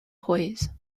poise